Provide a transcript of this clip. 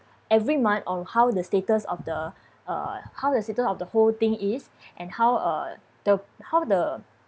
every month on how the status of the uh how the status of the whole thing is and how uh the how the